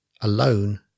alone